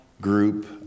group